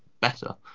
better